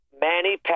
Manny